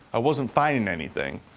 i wasn't finding anything.